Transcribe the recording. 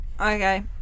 Okay